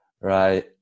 Right